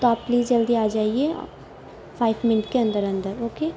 تو آپ پلیز جلدی آ جائیے فائیو منٹ کے اندر اندر اوکے